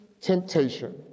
temptation